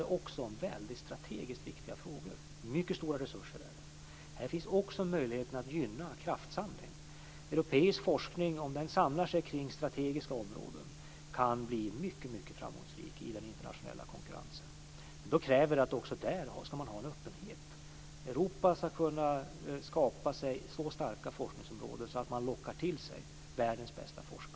Det handlar om strategiskt viktiga frågor och stora resurser. Här finns också en möjlighet att gynna en kraftsamling. En europeisk forskning samlad kring strategiska områden kan bli mycket framgångsrik i den internationella konkurrensen. Men det kräver en öppenhet. Europa ska kunna skapa sig så starka forskningsområden att man lockar till sig världens bästa forskare.